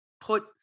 put